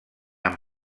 amb